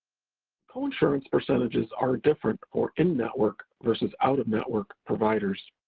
coinsurance percentages are different for in network versus out of network providers.